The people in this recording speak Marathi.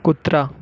कुत्रा